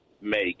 make